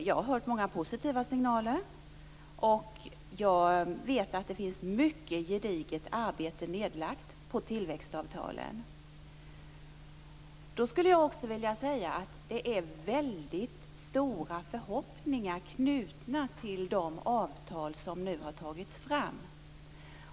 Jag har fått många positiva signaler och vet att det har lagts ned ett mycket gediget arbete på tillväxtavtalen. Det är väldigt stora förhoppningar knutna till de avtal som nu har tagits fram.